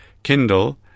kindle